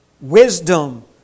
Wisdom